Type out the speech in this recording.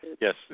Yes